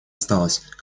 осталось